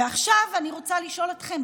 ועכשיו אני רוצה לשאול אתכם,